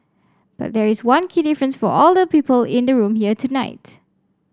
but there is one key difference for all the people in the room here tonight